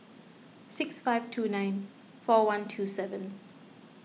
six five two nine four one two seven